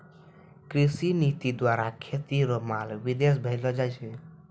कृषि नीति द्वारा खेती रो माल विदेश भेजलो जाय छै